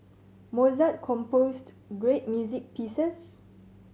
Mozart composed great music pieces